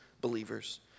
believers